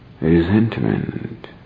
resentment